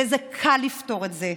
וקל לפתור את זה,